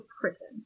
prison